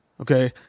Okay